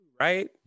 right